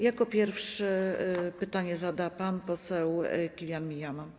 Jako pierwszy pytanie zada pan poseł Killion Munyama.